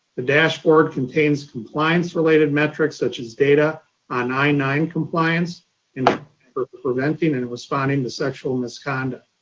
the dashboard contains compliance related metrics such as data our nine nine compliance in preventing and responding to sexual misconduct.